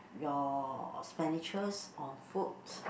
your expenditures on food